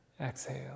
Exhale